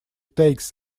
takes